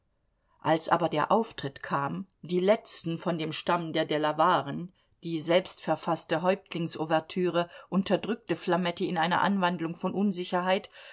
als aber der auftritt kam die letzten von dem stamm der delawaren die selbstverfaßte häuptlingsouvertüre unterdrückte flametti in einer anwandlung von unsicherheit